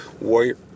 Warrior